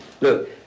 Look